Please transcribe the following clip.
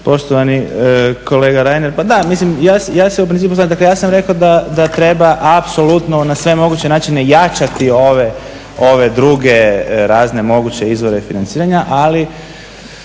Poštovani kolega Reiner, pa da ja se u principu slažem, ja sam rekao da treba apsolutno na sve moguće načine jačati ove druge razne moguće izvore financiranja, ali